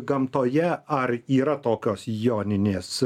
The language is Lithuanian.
gamtoje ar yra tokios joninės